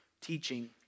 teaching